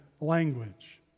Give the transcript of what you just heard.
language